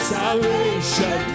salvation